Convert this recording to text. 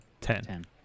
Ten